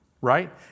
right